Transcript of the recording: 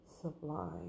sublime